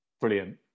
Brilliant